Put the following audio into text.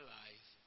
life